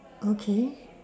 okay